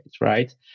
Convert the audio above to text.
right